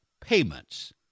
payments